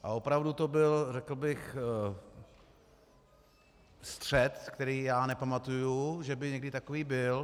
A opravdu to byl, řekl bych, střet, který já nepamatuji, že by někdy takový byl.